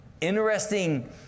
interesting